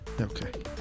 Okay